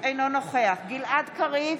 אינו נוכח גלעד קריב,